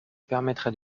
permettrait